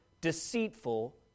deceitful